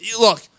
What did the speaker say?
Look